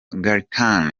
gallican